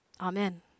Amen